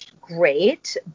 Great